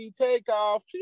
takeoff